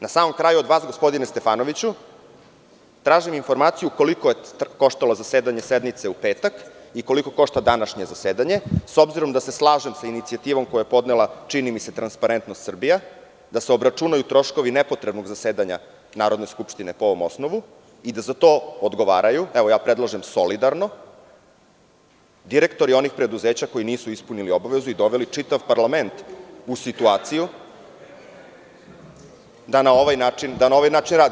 Na samom kraju, od vas, gospodine Stefanoviću, tražim informaciju koliko je koštalo zasedanje u petak i koliko košta današnje zasedanje, s obzirom da se slažem sa inicijativom koju je podnela, čini mi se, „Transparentnost Srbija“, da se obračunaju troškovi nepotrebnog zasedanja Narodne skupštine po ovom osnovu i da za to odgovaraju, evo, ja predlažem solidarno, direktori onih preduzeća koji nisu ispunili obavezu i doveli čitav parlament u situaciju da na ovaj način radi.